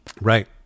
Right